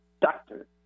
doctor